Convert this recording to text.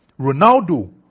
Ronaldo